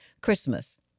Christmas